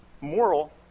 moral